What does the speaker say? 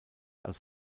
als